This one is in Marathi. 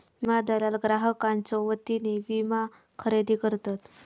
विमा दलाल ग्राहकांच्यो वतीने विमा खरेदी करतत